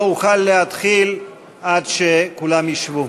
לא אוכל להתחיל עד שכולם ישבו.